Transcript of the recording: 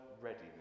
readiness